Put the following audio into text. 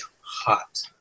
hot